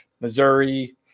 Missouri